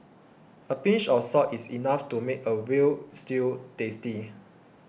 a pinch of salt is enough to make a Veal Stew tasty